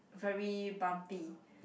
very bumpy